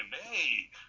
Hey